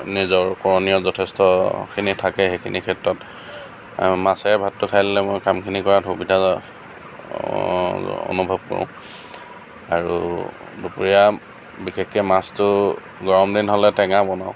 নিজৰ কৰণীয় যথেষ্টখিনি থাকে সেইখিনি ক্ষেত্ৰত মাছেৰে ভাতটো খাই ল'লে মই কামখিনি কৰাত সুবিধা অনুভৱ কৰোঁ আৰু দুপৰীয়া বিশেষকৈ মাছটো গৰম দিন হ'লে টেঙা বনাওঁ